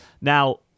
Now